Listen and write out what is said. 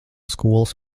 skolas